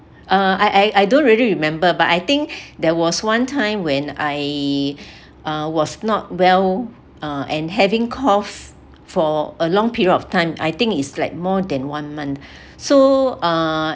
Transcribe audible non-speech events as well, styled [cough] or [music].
uh I I I don't really remember but I think [breath] there was one time when I [breath] uh was not well uh and having cough for a long period of time I think it's like more than one month [breath] so uh